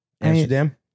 Amsterdam